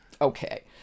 Okay